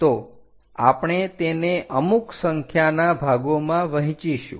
તો આપણે તેને અમુક સંખ્યાના ભાગોમાં વહેંચીશું